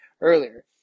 earlier